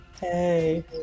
hey